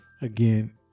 again